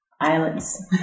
Islands